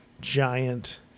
giant